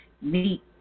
meet